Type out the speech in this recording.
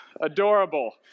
adorable